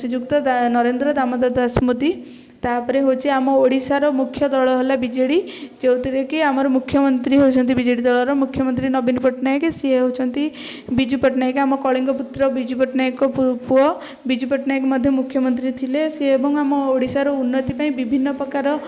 ଶ୍ରୀଯୁକ୍ତ ନରେନ୍ଦ୍ର ଦାମୋଦର ଦାସ ମୋଦି ତା'ପରେ ହେଉଛି ଆମ ଓଡ଼ିଶାର ମୁଖ୍ୟ ଦଳ ହେଲା ବିଜେଡ଼ି ଯେଉଁଥିରେ କି ଆମର ମୁଖ୍ୟମନ୍ତ୍ରୀ ହେଉଛନ୍ତି ବିଜେଡ଼ି ଦଳର ମୁଖ୍ୟମନ୍ତ୍ରୀ ନବୀନ ପଟ୍ଟନାୟକ ସିଏ ହେଉଛନ୍ତି ବିଜୁ ପଟ୍ଟନାୟକ ଆମ କଳିଙ୍ଗ ପୁତ୍ର ବିଜୁ ପଟ୍ଟନାୟକଙ୍କ ପୁଅ ବିଜୁ ପଟ୍ଟନାୟକ ମଧ୍ୟ ମୁଖ୍ୟମନ୍ତ୍ରୀ ଥିଲେ ସିଏ ଏବଂ ଆମ ଓଡ଼ିଶାର ଉନ୍ନତି ପାଇଁ ବିଭିନ୍ନ ପ୍ରକାର